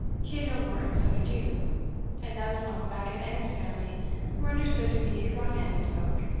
he had no warrant so to do and that as mucklebackit and his family were understood to be rough-handed folk,